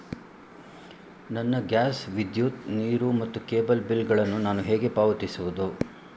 ನನ್ನ ಗ್ಯಾಸ್, ವಿದ್ಯುತ್, ನೀರು ಮತ್ತು ಕೇಬಲ್ ಬಿಲ್ ಗಳನ್ನು ನಾನು ಹೇಗೆ ಪಾವತಿಸುವುದು?